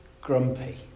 grumpy